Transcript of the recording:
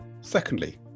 Secondly